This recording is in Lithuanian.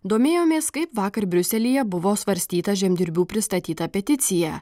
domėjomės kaip vakar briuselyje buvo svarstyta žemdirbių pristatyta peticija